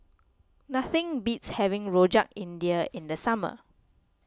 nothing beats having Rojak India in the summer